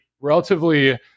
relatively